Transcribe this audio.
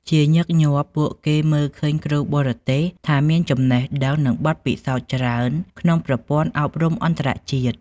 ជាញឹកញាប់ ពួកគេមើលឃើញគ្រូបរទេសថាមានចំណេះដឹង និងបទពិសោធន៍ច្រើនក្នុងប្រព័ន្ធអប់រំអន្តរជាតិ។